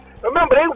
Remember